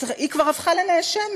היא כבר הפכה לנאשמת,